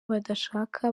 badashaka